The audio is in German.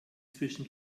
zwischen